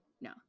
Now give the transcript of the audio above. No